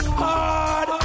hard